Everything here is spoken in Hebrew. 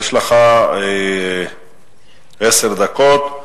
יש לך עשר דקות.